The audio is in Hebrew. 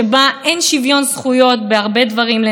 ועוד הרבה דברים שהיו קורים בלי בית משפט עליון.